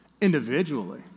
individually